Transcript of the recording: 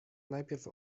najpierw